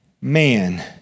man